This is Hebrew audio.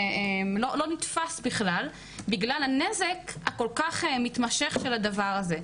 זה לא נתפס בכלל בגלל הנזק הכל כך מתמשך של הדבר הזה.